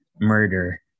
murder